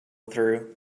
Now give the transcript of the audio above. through